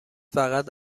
فقط